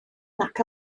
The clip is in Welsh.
nac